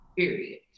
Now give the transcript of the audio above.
Period